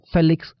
Felix